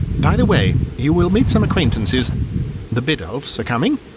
by the way, you will meet some acquaintances the biddulphs are coming,